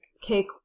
Cake